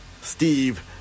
steve